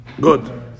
Good